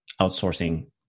outsourcing